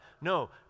No